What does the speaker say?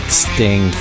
sting